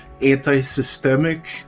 anti-systemic